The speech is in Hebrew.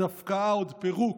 עוד הפקעה, עוד פירוק,